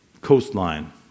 coastline